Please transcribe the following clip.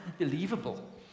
unbelievable